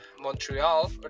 Montreal